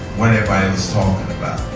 what everybody was talking about.